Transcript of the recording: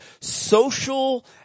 social